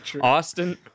Austin